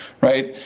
right